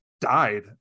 died